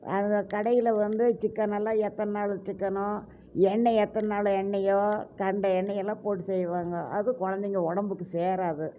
அந்த கடையில் வந்து சிக்கன் எல்லாம் எத்தனை நாள் சிக்கனோ எண்ணெய் எத்தனை நாள் எண்ணெயோ கண்ட எண்ணெயெல்லாம் போட்டு செய்வாங்க அது குழந்தைங்க உடம்புக்கு சேராது